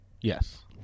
yes